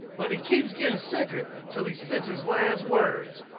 but he keeps gettin sicker til he spits his last words